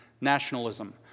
nationalism